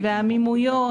יום חמישי בשבוע,